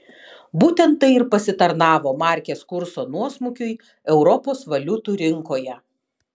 būtent tai ir pasitarnavo markės kurso nuosmukiui europos valiutų rinkoje